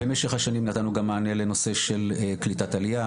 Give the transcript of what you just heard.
במשך השנים נתנו גם מענה לנושא של קליטת עלייה,